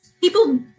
people